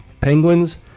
Penguins